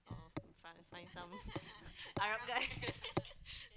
oh oh find find some Arab guy